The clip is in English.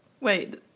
Wait